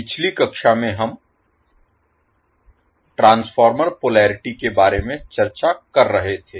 पिछली कक्षा में हम ट्रांसफार्मर पोलरिटी के बारे में चर्चा कर रहे थे